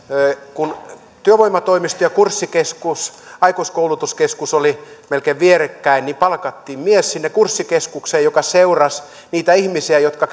kun työvoimatoimisto ja kurssikeskus aikuiskoulutuskeskus olivat melkein vierekkäin niin palkattiin sinne kurssikeskukseen mies joka seurasi niitä ihmisiä jotka